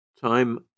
Time